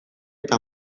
eta